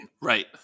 Right